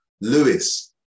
Lewis